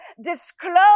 disclose